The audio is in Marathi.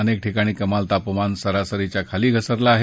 अनेक ठिकाणी कमाल तापमान सरासरीच्या खाली घसरलं आहे